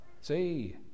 See